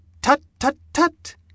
Tut-tut-tut